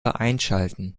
einschalten